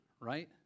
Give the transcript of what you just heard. right